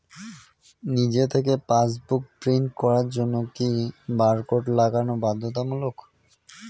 নিজে থেকে passbook print করার জন্য কি বারকোড লাগানো বাধ্যতামূলক?